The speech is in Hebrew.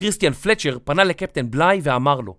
קריסטיין פלצ'ר פנה לקפטן בליי ואמר לו